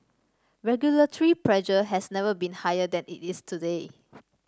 regulatory pressure has never been higher than it is today